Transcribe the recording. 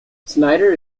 snyder